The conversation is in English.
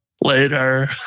Later